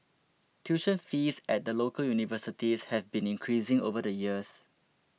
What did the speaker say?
tuition fees at the local universities have been increasing over the years